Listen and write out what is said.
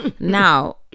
Now